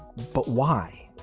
but why?